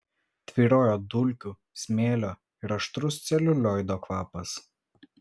tvyrojo dulkių smėlio ir aštrus celiulioido kvapas